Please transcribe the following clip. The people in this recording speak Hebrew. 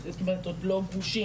זאת אומרת שעוד לא גרושים,